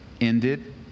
ended